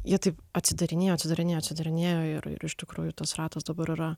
jie taip atsidarinėjo atsidarinėjo atsidarinėjo ir ir iš tikrųjų tas ratas dabar yra